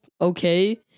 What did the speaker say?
okay